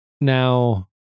now